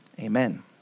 amen